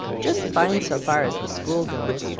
just fine, so far as the school goes.